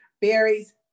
berries